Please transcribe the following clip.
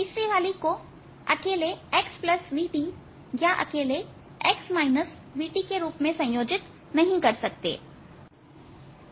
तीसरी वाली को अकेले xvt या अकेले के रूप में नहीं संयोजित कर सकते है